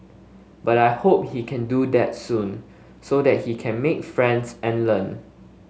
but I hope he can do that soon so that he can make friends and learn